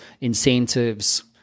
incentives